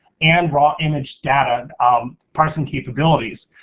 and raw image data um pars and capabilities.